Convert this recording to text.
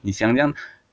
你想这样